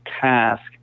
task